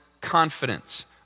confidence